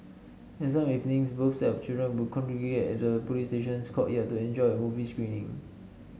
and some evenings both sets of children would congregate at the police station's courtyard to enjoy a movie screening